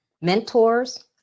mentors